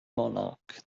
monarch